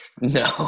No